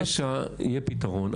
אבל לארגוני פשע יהיה פתרון.